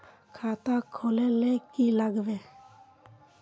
खाता खोल ले की लागबे?